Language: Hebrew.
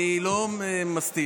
אני לא מסתיר.